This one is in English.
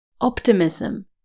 Optimism